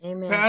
Amen